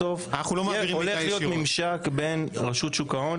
בסוף הולך להיות ממשק בין רשות שוק ההון